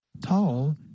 Tall